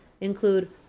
include